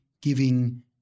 giving